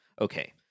okay